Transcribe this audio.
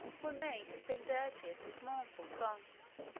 were made to sing dirges and mournful songs.